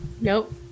nope